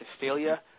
failure